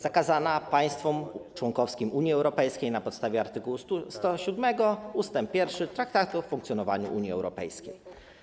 Zakazana państwom członkowskim Unii Europejskiej na podstawie art. 107 ust. 1 Traktatu o funkcjonowaniu Unii Europejskiej.